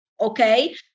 okay